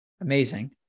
Amazing